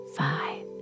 five